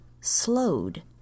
slowed